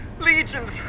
Legions